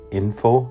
info